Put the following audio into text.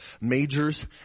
majors